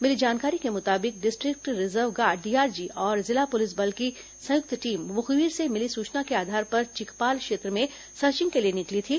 मिली जानकारी के मुताबिक डिस्ट्रिक्ट रिजर्व गार्ड डीआरजी और जिला पुलिस बल की संयुक्त टीम मुखबिर से मिली सूचना के आधार पर चिकपाल क्षेत्र में सर्चिंग के लिए निकली थी